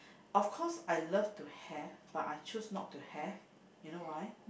of course I love to have but I choose not to have you know why